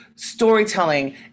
Storytelling